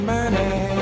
Money